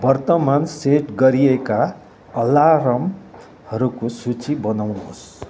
वर्तमान सेट गरिएका अलार्महरूको सूची बनाउनुहोस्